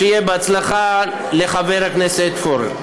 שיהיה בהצלחה לחבר הכנסת פורר.